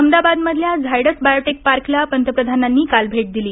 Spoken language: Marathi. अहमदाबादमधल्या झायडस बायोटेक पार्कला पंतप्रधानांनी काल भेट दिली